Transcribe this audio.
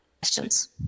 questions